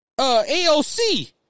AOC